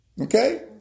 Okay